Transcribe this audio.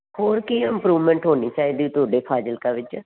ਹੋਰ ਕੀ ਇੰਪਰੂਵਮੈਂਟ ਹੋਣੀ ਹੈ ਜੀ ਤੁਹਾਡੇ ਫਾਜ਼ਿਲਕਾ ਵਿੱਚ